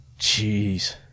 Jeez